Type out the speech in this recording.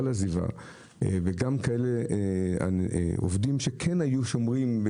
וגם כאלה עובדים שכן היו שומרים,